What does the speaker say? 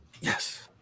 Yes